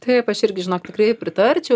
taip aš irgi žinok tikrai pritarčiau